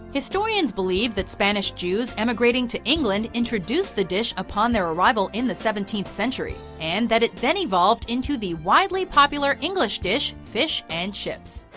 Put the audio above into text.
historians believe that spanish jews emigrating to england, introduce the dish upon their arrival in seventeenth century, and that it then evolved into the widely popular english dish, fish and chips.